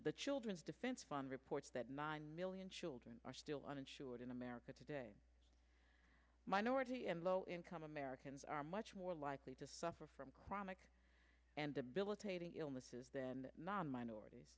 the children's defense fund reports that nine million children are still uninsured in america today minority and low income americans are much more likely to suffer from chronic and debilitating illnesses then mom minorities